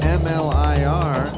mlir